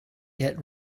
yet